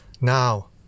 Now